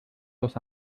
los